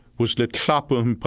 was letlapa um